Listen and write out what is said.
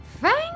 Thank